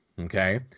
Okay